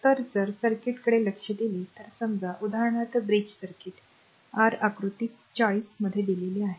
तर जर सर्किटकडे लक्ष दिले तर समजा उदाहरणार्थ ब्रिज सर्किट r आकृती 40 मध्ये दिलेली आहे